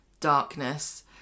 darkness